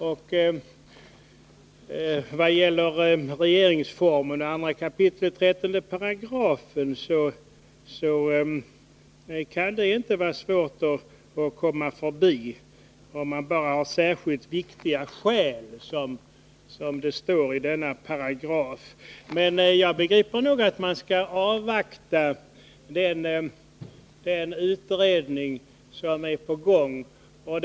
Det kan inte vara svårt att komma förbi regeringsformen 2 kap. 13 §, om man bara har särskilt viktiga skäl, som det heter i denna paragraf. Jag begriper att man skall avvakta resultatet av den utredning som pågår.